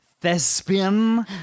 Thespian